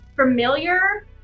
familiar